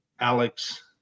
Alex